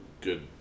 good